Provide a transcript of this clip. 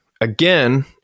again